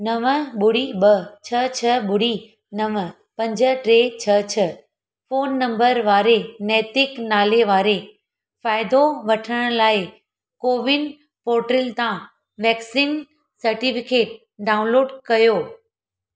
नव ॿुड़ी ॿ छह छह ॿुड़ी नव पंज टे छह छह फोन नंबर वारे नैतिक नाले वारे फ़ाइदो वठण लाइ कोविन पोर्टल तां वैक्सीन सर्टिफिकेट डाउनलोड कयो